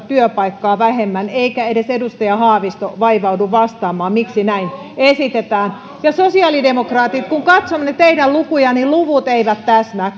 työpaikkaa vähemmän eikä edes edustaja haavisto vaivaudu vastaamaan miksi näin esitetään ja sosiaalidemokraatit kun katsomme teidän lukujanne niin luvut eivät täsmää